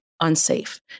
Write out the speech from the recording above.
unsafe